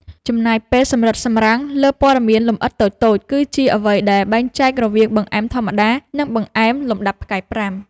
ចំណាយពេលសម្រិតសម្រាំងលើព័ត៌មានលម្អិតតូចៗ គឺជាអ្វីដែលបែងចែករវាងបង្អែមធម្មតា និងបង្អែមលំដាប់ផ្កាយប្រាំ។